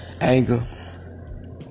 Anger